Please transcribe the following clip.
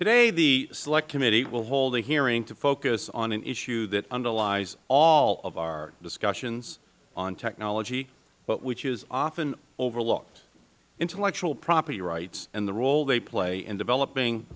today the select committee will hold a hearing to focus on an issue that underlies all of our discussions on technology but which is often overlooked intellectual property rights and the role they play